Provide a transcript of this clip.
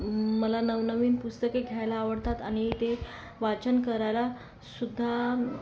मला नवनवीन पुस्तके घ्यायला आवडतात आणि ते वाचन करायलासुद्धा